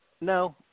No